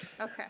okay